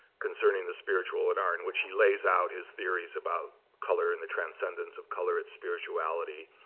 concerning the spiritual in art in which he lays out his theories about color, and the transcendence of color, its spirituality,